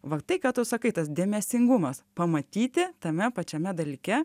va tai ką tu sakai tas dėmesingumas pamatyti tame pačiame dalyke